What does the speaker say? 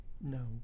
No